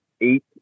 eight